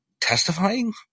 testifying